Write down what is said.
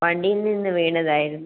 വണ്ടിയിൽ നിന്ന് വീണതായിരുന്നു